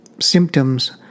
symptoms